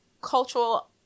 cultural